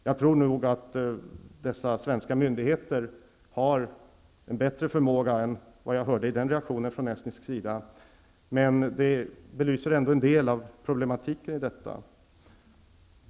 Jag tror nog att dessa svenska myndigheter har en bättre förmåga än vad jag uppfattade i reaktionen från estnisk sida, men det belyser ändå en del av problematiken i detta.